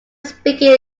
speaking